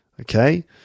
Okay